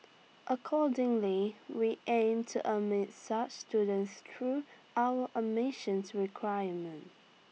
accordingly we aim to admit such students through our admission requirements